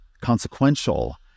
consequential